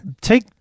Take